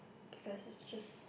excess is just